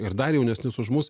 ir dar jaunesnius už mus